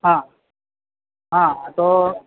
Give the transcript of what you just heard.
હા હા તો